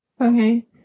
Okay